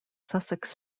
sussex